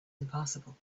impassable